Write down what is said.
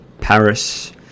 Paris